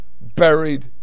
buried